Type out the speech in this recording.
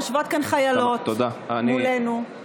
יושבות כאן חיילות מולנו.